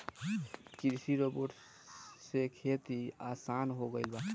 कृषि रोबोट से खेती आसान हो गइल बा